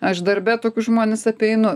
aš darbe tokius žmones apeinu